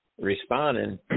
responding